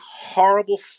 horrible